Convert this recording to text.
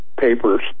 papers